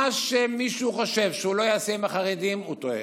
מה שמישהו חושב שהוא לא יעשה עם החרדים, הוא טועה.